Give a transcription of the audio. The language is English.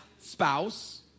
spouse